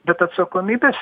bet atsakomybės